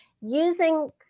using